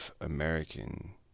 American